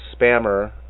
spammer